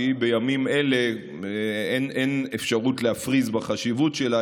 שבימים אלה אין אפשרות להפריז בחשיבות שלה,